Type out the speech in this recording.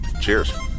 Cheers